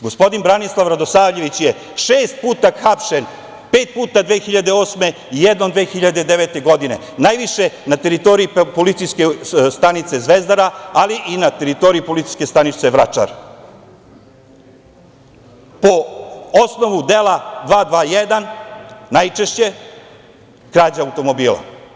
Gospodin Branislav Radosavljević je šest puta hapšen, pet puta 2008. i jednom 2009. godine, najviše na teritoriji Policijske stanice Zvezdara, ali i na teritoriji Policijske stanice Vračar, po osnovu dela 221, najčešće krađa automobila.